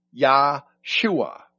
Yahshua